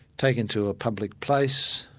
taken to a public place,